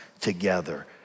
together